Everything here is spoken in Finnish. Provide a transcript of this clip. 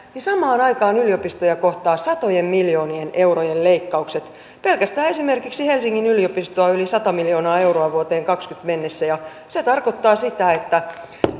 samaan aikaan yliopistoja kohtaavat satojen miljoonien eurojen leikkaukset pelkästään esimerkiksi helsingin yliopistoa yli sata miljoonaa euroa vuoteen kaksituhattakaksikymmentä mennessä ja se tarkoittaa sitä että